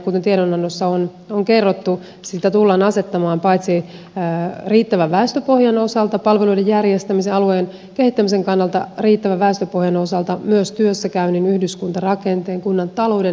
kuten tiedonannossa on kerrottu niitä tullaan asettamaan paitsi riittävän väestöpohjan osalta palveluiden järjestämisen alueen kehittämisen kannalta riittävän väestöpohjan osalta myös työssäkäynnin yhdyskuntarakenteen kunnan talouden näkökulmasta